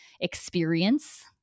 experience